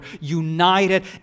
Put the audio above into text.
united